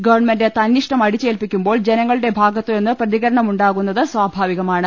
government തന്നിഷ്ടം അടി ച്ചേൽപ്പിക്കുമ്പോൾ ജനങ്ങളുടെ ഭാഗത്തുനിന്ന് പ്രതികരണമുണ്ടാ കുന്നത് സ്വാഭാവികമാണ്